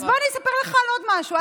אז בוא אני אספר לך על עוד משהו,